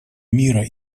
мира